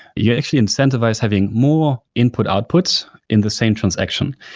you actually incentivize having more input-outputs in the same transaction,